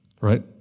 right